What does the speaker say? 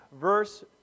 verse